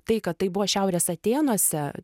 tai kad tai buvo šiaurės atėnuose